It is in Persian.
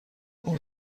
اون